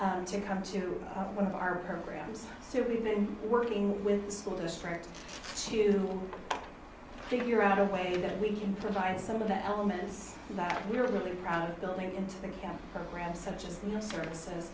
subsidy to come to one of our programs so we've been working with the school district to figure out a way that we can provide some of the elements that we're really proud of building into the camp program such as the services